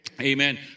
Amen